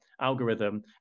algorithm